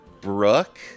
Brooke